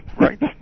right